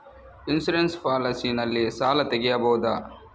Insurance policy ನಲ್ಲಿ ಸಾಲ ತೆಗೆಯಬಹುದ?